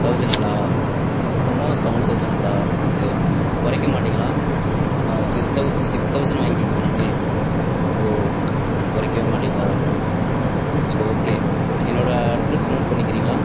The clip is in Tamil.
தெளசண்ட்ங்களா மொத்தமாக சவன் தெளசண்ட்ங்களா ஓகே குறைக்க மாட்டீங்களா சிஸ் தெள சிக்ஸ் தெளசண்ட் வாங்கிக்கிலாமே ஓ குறைக்கவே மாட்டீங்களா சே ஓகே என்னோடய அட்ரஸ் நோட் பண்ணிக்கிறீங்களா